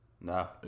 No